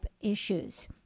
issues